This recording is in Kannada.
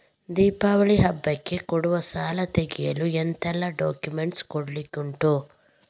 ದೀಪಾವಳಿ ಹಬ್ಬಕ್ಕೆ ಕೊಡುವ ಸಾಲ ತೆಗೆಯಲು ಎಂತೆಲ್ಲಾ ಡಾಕ್ಯುಮೆಂಟ್ಸ್ ಕೊಡ್ಲಿಕುಂಟು?